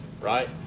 right